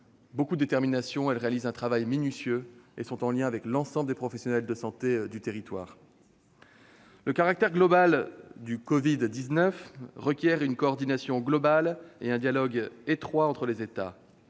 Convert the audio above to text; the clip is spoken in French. beaucoup de détermination, accomplissent un travail minutieux, en liaison avec l'ensemble des professionnels de santé de notre territoire. Le caractère global du Covid-19 requiert une coordination globale et un dialogue étroit entre les États.